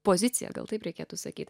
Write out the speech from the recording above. poziciją gal taip reikėtų sakyt